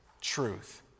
truth